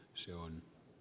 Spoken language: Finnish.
se on